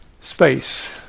Space